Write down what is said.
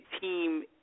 team